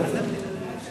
זאת היתה ממשלת ליכוד.